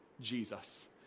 Jesus